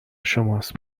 شماست